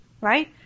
Right